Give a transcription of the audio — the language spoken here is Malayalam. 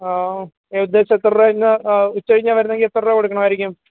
ഉദ്ദേശം എത്ര രൂപ ഞാൻ ഉച്ച കഴിഞ്ഞാണ് വരുന്നതെങ്കിൽ എത്ര രൂപ കൊടുക്കണമായിരിക്കും